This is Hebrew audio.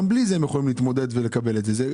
גם בלי זה הם יכולים להתמודד ולקבל את הדירה.